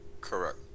Correct